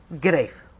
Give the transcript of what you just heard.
grave